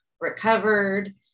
recovered